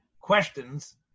Questions